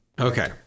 Okay